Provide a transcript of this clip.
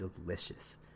delicious